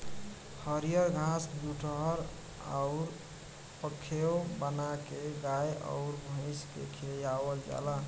हरिअर घास जुठहर अउर पखेव बाना के गाय अउर भइस के खियावल जाला